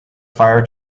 fire